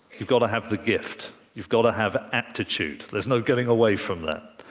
you've got to have the gift, you've got to have aptitude there's no getting away from that.